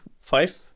five